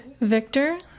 Victor